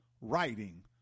writing